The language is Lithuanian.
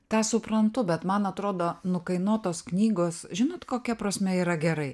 tą suprantu bet man atrodo nukainuotos knygos žinot kokia prasme yra gerai